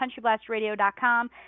countryblastradio.com